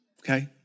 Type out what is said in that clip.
Okay